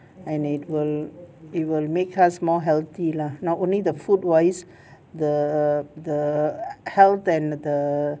and it will it will make us more healthy lah not only the food wise the the health and the